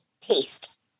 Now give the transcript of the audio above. taste